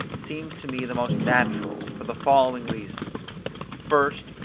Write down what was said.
seems to me the most natural, for the following reasons first,